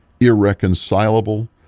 irreconcilable